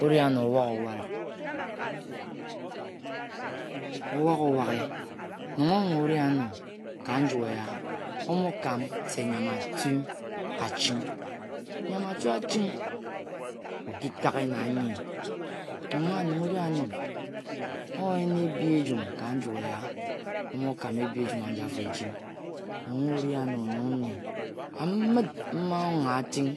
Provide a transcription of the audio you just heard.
Ori ano, wo m wara oo waghe, Nong ongha o ri ano ka nju eya. o makam se nyan atu aching nyan atu a ching o ki taghe na nyi ongha, nong o ri a no oyen ebhi ejum ka nju eya, o mokam ebi ejum aji afo eching. Ongha ori ano nong nne. Amit mma ongha ating